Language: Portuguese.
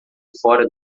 fora